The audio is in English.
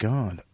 God